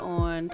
on